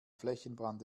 flächenbrand